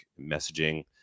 messaging